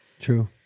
True